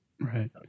Right